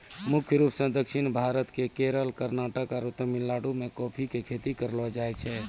मुख्य रूप सॅ दक्षिण भारत के केरल, कर्णाटक आरो तमिलनाडु मॅ कॉफी के खेती करलो जाय छै